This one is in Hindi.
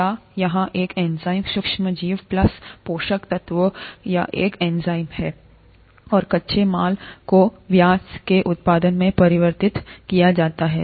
या यहां एक एंजाइम सूक्ष्म जीव प्लस पोषक तत्वों या एक एंजाइम में और कच्चे माल को ब्याज के उत्पाद में परिवर्तित किया जाता है